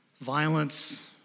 violence